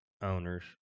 owners